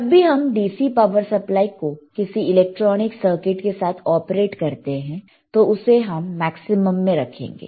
जब भी हम DC पावर सप्लाई को किसी इलेक्ट्रॉनिक सर्किट के साथ ऑपरेट करते हैं तो उसे हम मैक्सिमम में रखेंगे